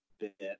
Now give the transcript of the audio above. bit